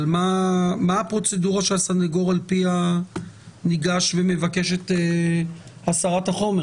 אבל מה הפרוצדורה שעל פיה הסנגור ניגש ומבקש את הסרת החומר?